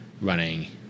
running